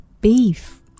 beef